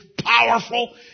powerful